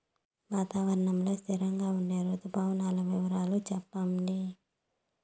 వాతావరణం లో స్థిరంగా ఉండే రుతు పవనాల వివరాలు చెప్పండి?